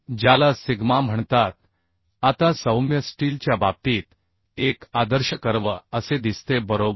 ज्याला सिग्मा म्हणतात आता सौम्य स्टीलच्या बाबतीत एक आदर्श कर्व असे दिसते बरोबर